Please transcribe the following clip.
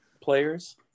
players